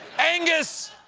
angus!